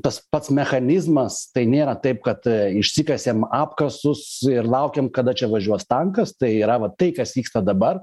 tas pats mechanizmas tai nėra taip kad išsikasėm apkasus ir laukiam kada čia važiuos tankas tai yra va tai kas vyksta dabar